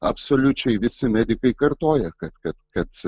absoliučiai visi medikai kartoja kad kad kad